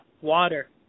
water